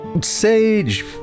Sage